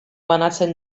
banatzen